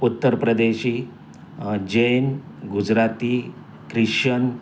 Uttar Pradeshi Jain Gujarati Christian